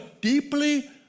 deeply